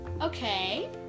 Okay